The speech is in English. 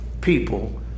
people